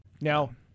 now